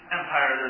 empire